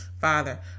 Father